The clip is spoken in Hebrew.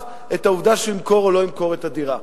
את העובדה שהוא ימכור או לא ימכור את הדירה,